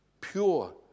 pure